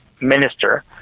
minister